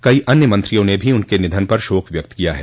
कई अन्य मंत्रियों ने भी उनके निधन पर शोक व्यक्त किया है